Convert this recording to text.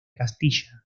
castilla